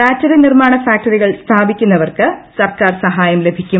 battery നിർമ്മാണ ഫാക്ടറികൾ സ്ഥാപിക്കുന്നവർക്ക് സർക്കാർ സഹായം ലഭിക്കും